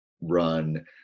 run